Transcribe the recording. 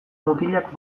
mutilak